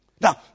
Now